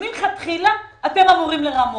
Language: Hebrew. שמלכתחילה אתם אמורים לרמות,